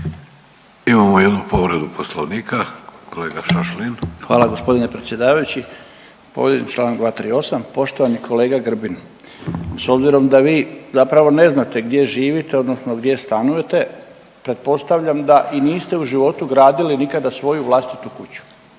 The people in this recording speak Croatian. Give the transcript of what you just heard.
Imamo jednu povredu Poslovnika. Kolega Šašlin. **Šašlin, Stipan (HDZ)** Hvala gospodine predsjedavajući. Povrijeđen je Članak 238., poštovani kolega Grbin s obzirom da vi zapravo ne znate gdje živite odnosno gdje stanujete pretpostavljam da i niste u životu gradili nikada svoju vlastitu kuću